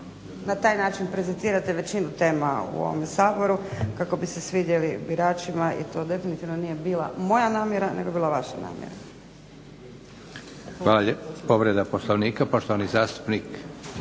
na taj način prezentirate većinu tema u ovome Saboru kako bi se svidjeli biračima i to definitivno nije bila moja namjera nego je bila vaša namjera. Hvala. **Leko, Josip (SDP)** Hvala lijepa. Povreda Poslovnika, poštovani zastupnik